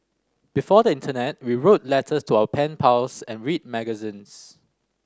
before the internet we wrote letters to our pen pals and read magazines